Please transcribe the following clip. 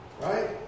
Right